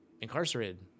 incarcerated